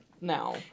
now